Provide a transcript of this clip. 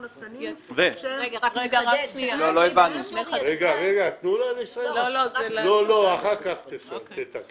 התקנים --- לא לא --- לא הבנו --- תנו לה לסיים ואחר כך תגיבו.